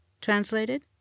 translated